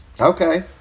Okay